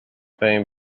fame